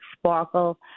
sparkle